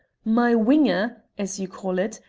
my whinger, as you call it,